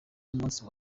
y’umunsi